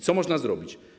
Co można zrobić?